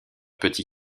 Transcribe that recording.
petit